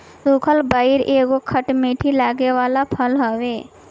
सुखल बइर एगो खट मीठ लागे वाला फल हवे